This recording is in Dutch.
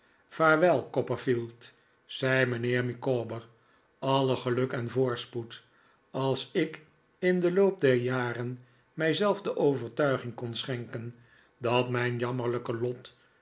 vaarwel copperfield zei mijnheer micawber alle geluk en voorspoed als ik in den loop der jaren mij zelf de overtuiging kon schenken dat mijn jammerlijke lot